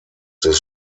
des